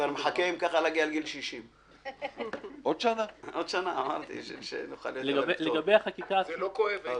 אני כבר מחכה להגיע לגיל 60. זה לא כואב ...